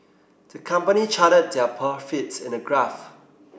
the company charted their profits in a graph